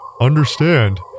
understand